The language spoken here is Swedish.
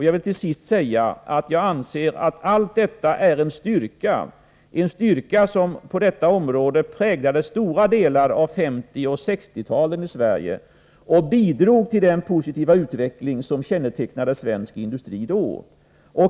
Jag vill till sist säga att jag anser att detta är en styrka — en styrka som på detta område präglade stora delar av 1950 och 1960-talen i Sverige och som bidrog till den positiva utveckling som kännetecknade svensk industri då.